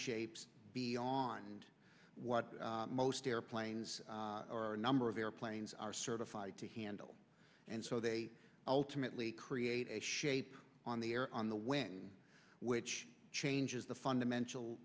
shapes beyond what most airplanes or a number of airplanes are certified to handle and so they ultimately create a shape on the air on the wing which changes the fundamental